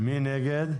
מי נגד?